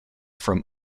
from